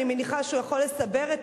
אני מניחה שהוא יכול לסבר את